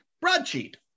Broadsheet